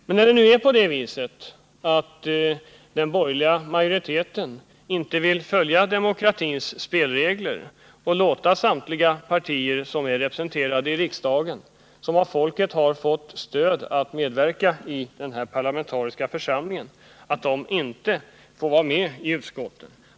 Men den borgerliga majoriteten vill inte följa demokratins spelregler och låta samtliga partier som är representerade i riksdagen, som av folket har fått stöd att medverka i denna parlamentariska församling, få vara med i utskotten.